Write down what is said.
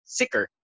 sicker